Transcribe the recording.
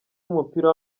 w’umupira